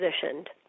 positioned